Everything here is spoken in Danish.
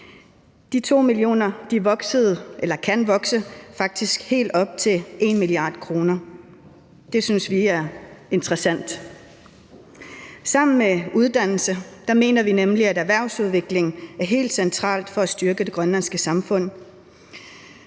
vokse til faktisk helt op til 1 mia. kr. Det synes vi er interessant. Sammen med uddannelse mener vi nemlig at erhvervsudvikling er helt centralt for at styrke det grønlandske samfund.